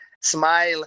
smile